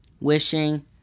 wishing